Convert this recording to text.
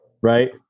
right